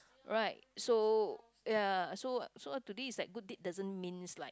right so ya so so today is like good deed doesn't means like